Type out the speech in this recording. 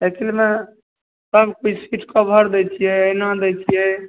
साइकिलमे सब seat cover दै छियै एना दै छियै